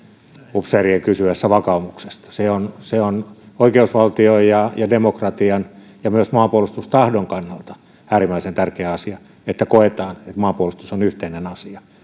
upseerien kysyessä vakaumuksesta se on se on oikeusvaltion ja ja demokratian ja myös maanpuolustustahdon kannalta äärimmäisen tärkeä asia että koetaan että maanpuolustus on yhteinen asia